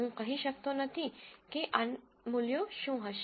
હું કહી શકતો નથી કે આ મૂલ્યો શું હશે